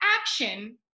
action